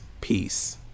Peace